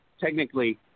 technically